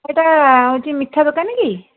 ଏଇଟା ହେଉଛି ମିଠା ଦୋକାନି କି